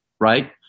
right